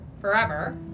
forever